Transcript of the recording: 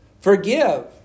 Forgive